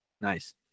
Nice